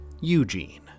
Eugene